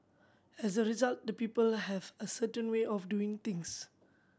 as a result the people have a certain way of doing things